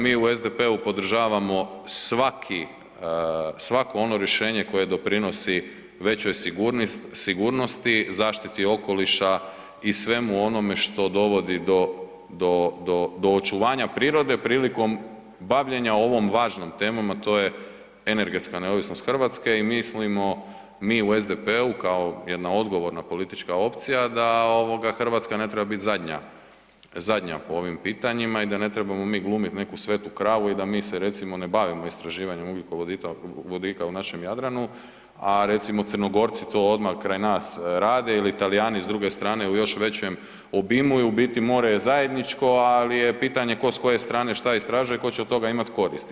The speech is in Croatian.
Mi u SDP-u podržavamo svaki svako ono rješenje koje doprinosi većoj sigurnosti, zaštiti okoliša i svemu onome što dovodi do očuvanja prirode prilikom bavljenja ovom važnom temom, a to je energetska neovisnost Hrvatske i mislimo mi u SDP-u kao jedna odgovorna politička opcija da Hrvatska ne treba biti zadnja po ovim pitanjima i da ne trebamo mi glumiti neku svetu kravu i da mi se recimo ne bavimo istraživanjima ugljikovodika u našem Jadranu, a recimo Crnogorci to odmah kraj nas rade ili Talijani s druge strane u još većem obimu i u biti more je zajedničko, ali je pitanje tko s koje strane što istražuje, tko će od toga imati koristi.